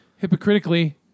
hypocritically